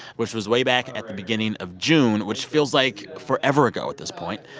which was way back at the beginning of june, which feels like forever ago at this point.